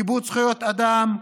כיבוד זכויות אדם,